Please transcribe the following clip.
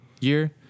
year